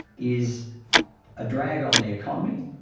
is a drag on the economy,